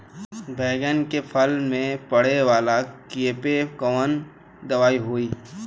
बैगन के फल में पड़े वाला कियेपे कवन दवाई होई?